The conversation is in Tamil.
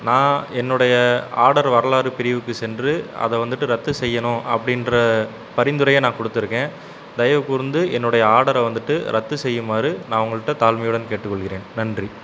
நான் என்னுடைய ஆர்டர் வரலாறு பிரிவுக்கு சென்று அதை வந்துவிட்டு ரத்து செய்யணும் அப்படின்ற பரிந்துரையை நான் கொடுத்துருக்கேன் தயவுக்கூர்ந்து என்னுடைய ஆர்டரை வந்துவிட்டு ரத்து செய்யுமாறு நான் உங்கள்கிட்ட தாழ்மையுடன் கேட்டுக்கொள்கிறேன் நன்றி